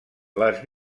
les